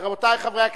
רבותי חברי הכנסת,